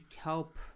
help